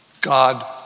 God